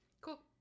Cool